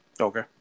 Okay